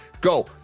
go